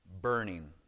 burning